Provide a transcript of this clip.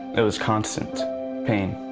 it was constant pain.